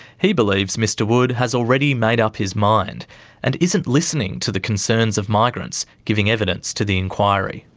he believes mr wood has already made up his mind and isn't listening to the concerns of migrants giving evidence to the inquiry.